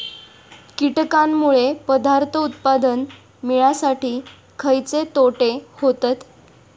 कीटकांनमुळे पदार्थ उत्पादन मिळासाठी खयचे तोटे होतत?